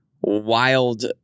wild